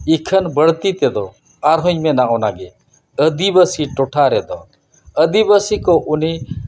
ᱤᱠᱷᱟᱹᱱ ᱵᱟᱹᱲᱛᱤ ᱛᱮᱫᱚ ᱟᱨᱦᱚᱧ ᱢᱮᱱᱟ ᱚᱱᱟᱜᱮ ᱟᱹᱫᱤᱵᱟᱹᱥᱤ ᱴᱚᱴᱷᱟ ᱨᱮᱫᱚ ᱟᱹᱫᱤᱵᱟᱹᱥᱤ ᱠᱚ ᱩᱱᱤ